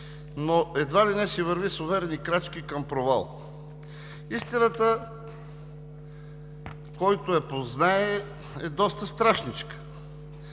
но едва ли не се върви с уверени крачки към провал. Истината, който я познае, е доста страшничка.